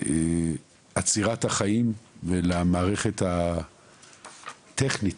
לעצירת החיים ולמערכת הטכנית,